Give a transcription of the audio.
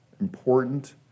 important